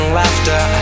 laughter